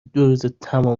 دوروزتمام